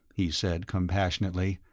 he said compassionately,